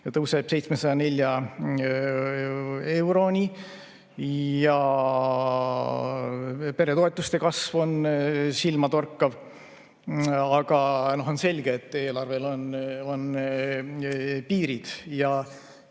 tõuseb 704 euroni ja peretoetuste kasv on silmatorkav. Aga on selge, et eelarvel on piirid.